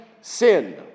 sin